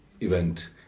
event